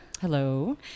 Hello